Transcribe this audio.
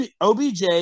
OBJ